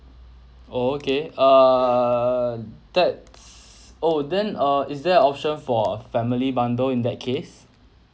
oh okay err that's oh then uh is there a option for a family bundle in that case